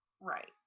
Right